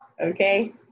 okay